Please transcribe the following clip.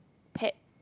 pet